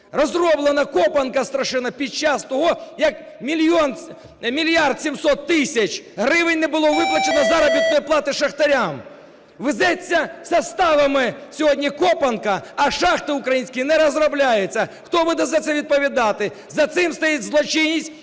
Розроблена копанка страшенна під час того, як 1 мільярд 700 тисяч гривень не було виплачено заробітної плати шахтарям. Везеться составами сьогодні копанка, а шахти українські не розробляються. Хто буде за це відповідати? За цим стоїть злочинність